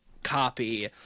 copy